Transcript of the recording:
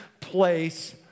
place